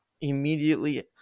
immediately